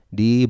di